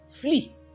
flee